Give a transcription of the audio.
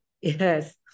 Yes